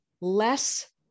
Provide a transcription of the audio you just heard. less